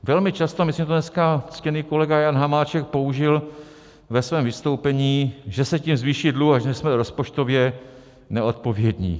Velmi často, myslím, že to dneska ctěný kolega Jan Hamáček použil ve svém vystoupení, že se tím zvýší dluh a že jsme rozpočtově neodpovědní.